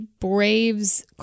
Braves